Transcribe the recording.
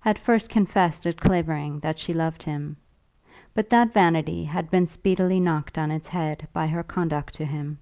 had first confessed at clavering that she loved him but that vanity had been speedily knocked on its head by her conduct to him.